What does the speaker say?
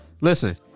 listen